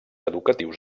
educatius